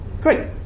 Great